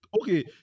okay